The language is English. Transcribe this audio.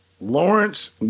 Lawrence